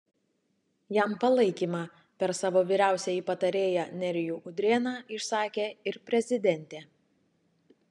jam palaikymą per savo vyriausiąjį patarėją nerijų udrėną išsakė ir prezidentė